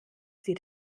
sie